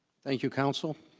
thank you counsel